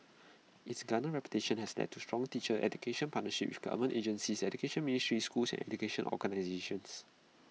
its garnered reputation has led to strong teacher education partnerships with government agencies education ministries schools and educational organisations